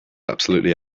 absolutely